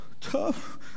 tough